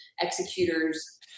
executors